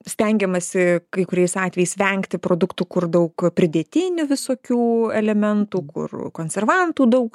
stengiamasi kai kuriais atvejais vengti produktų kur daug pridėtinių visokių elementų kur konservantų daug